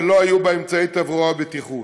ולא היו בה אמצעי תברואה ובטיחות.